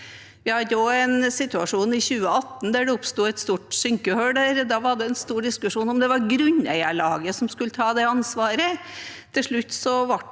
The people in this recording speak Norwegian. Vi hadde også en situasjon i 2018 da det oppsto et stort synkehull der. Da var det en stor diskusjon om hvorvidt det var grunneierlaget som skulle ta det ansvaret.